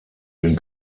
den